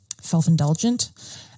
self-indulgent